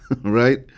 right